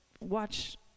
watch